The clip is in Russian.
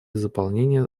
заполнения